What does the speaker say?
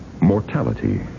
mortality